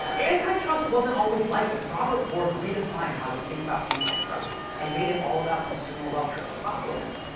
antitrust wasn't always like this. robert bork redefined how we think about antitrust and made it all about consumer welfare. the problem is,